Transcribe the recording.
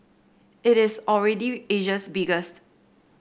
it is already Asia's biggest